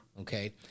okay